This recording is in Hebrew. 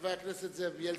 חבר הכנסת זאב בילסקי.